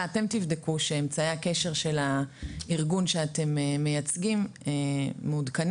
אתם תבדקו שאמצעי הקשר של הארגון שאתם מייצגים מעודכנים,